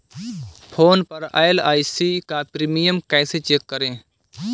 Phone पर LIC का premium कैसे चेक करें?